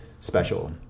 Special